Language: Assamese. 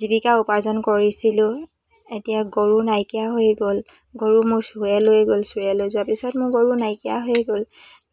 জীৱিকা উপাৰ্জন কৰিছিলোঁ এতিয়া গৰু নাইকিয়া হৈ গ'ল গৰু মোৰ চুৰে লৈ গ'ল চুই লৈ যোৱাৰ পিছত মোৰ গৰু নাইকিয়া হৈ গ'ল